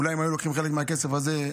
אולי אם היו לוקחים חלק מהכסף הזה,